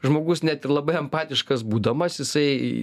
žmogus net ir labai empatiškas būdamas jisai